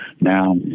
Now